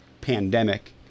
pandemic